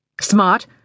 Smart